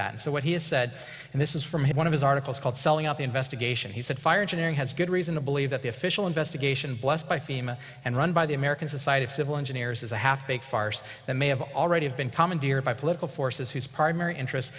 that so what he has said and this is from one of his articles called selling out the investigation he said fire engine has good reason to believe that the official investigation blessed by fema and run by the american society of civil engineers is a half baked farce that may have already been commandeered by political forces whose primary interest